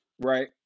right